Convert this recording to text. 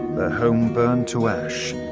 their home burned to ash.